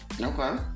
Okay